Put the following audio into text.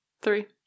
Three